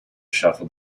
shuffled